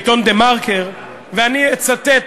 ובעיתון "דה-מרקר" ואני אצטט,